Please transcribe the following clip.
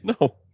no